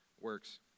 works